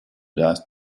last